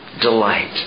Delight